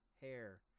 Hair